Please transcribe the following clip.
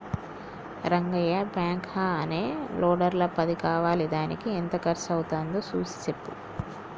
Rangayya backhoe అనే లోడర్ల పది కావాలిదానికి ఎంత కర్సు అవ్వుతాదో సూసి సెప్పు